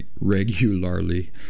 regularly